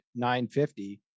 9.50